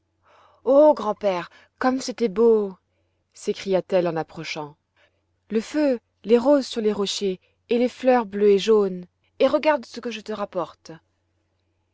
oh grand-père comme c'était beau s'écria-t-elle en approchant le feu les roses sur les rochers et les fleurs bleues et jaunes et regarde ce que je te rapporte